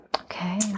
Okay